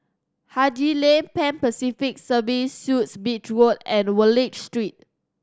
Haji Lane Pan Pacific Serviced Suites Beach Road and Wallich Street